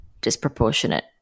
disproportionate